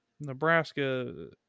Nebraska